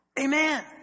Amen